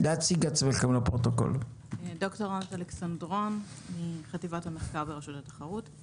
אני מחטיבת המחקר ברשות התחרות.